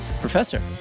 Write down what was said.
Professor